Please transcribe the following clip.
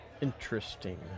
Interesting